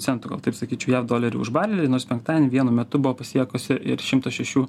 centų gal taip sakyčiau jav dolerių už barelį nors penktadienį vienu metu buvo pasiekusi ir šimto šešių